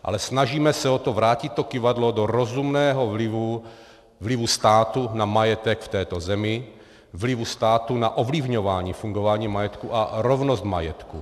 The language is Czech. Ale snažíme se o to vrátit to kyvadlo do rozumného vlivu státu na majetek v této zemi, vlivu státu na ovlivňování fungování majetku a rovnost majetku.